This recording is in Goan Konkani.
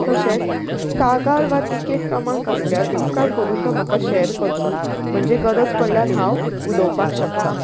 तशेंच कागाळ वा तिकेट क्रमांक आसल्यार उपकार करून तो म्हाका शेर करचो म्हणजे गरज पडल्यार हांव उलोवपाक शकतां